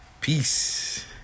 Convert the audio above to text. peace